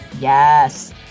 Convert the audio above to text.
yes